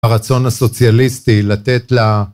הרצון הסוציאליסטי לתת ל...